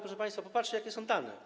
Proszę państwa, popatrzcie, jakie są dane.